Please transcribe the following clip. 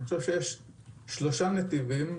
אני חושב שיש שלושה נתיבים,